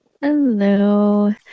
Hello